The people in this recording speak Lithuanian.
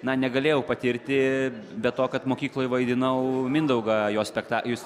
na negalėjau patirti be to kad mokykloje vaidinau mindaugą jo spekta